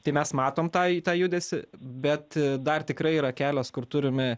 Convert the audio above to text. tai mes matom tai tą judesį bet dar tikrai yra kelios kur turime